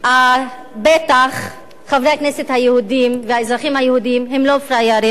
בטח חברי הכנסת היהודים והאזרחים היהודים הם לא פראיירים.